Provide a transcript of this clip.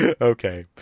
Okay